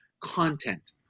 content